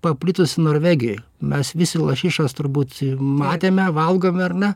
paplitusi norvegijoj mes visi lašišas turbūt matėme valgome ar ne